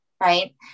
right